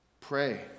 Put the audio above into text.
Pray